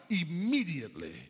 Immediately